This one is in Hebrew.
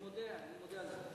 אני מודה על זה.